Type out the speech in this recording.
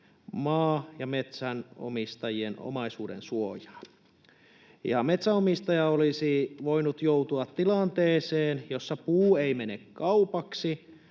maan- ja metsänomistajien omaisuudensuojaa. Metsänomistaja olisi voinut joutua tilanteeseen, jossa puu ei mene kaupaksi